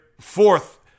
fourth